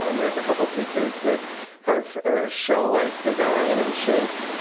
um there's a couple pieces that have a shell-like design and shape.